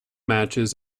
matches